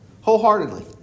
wholeheartedly